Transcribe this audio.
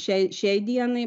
šiai šiai dienai